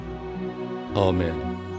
Amen